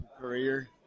career